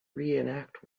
reenact